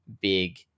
big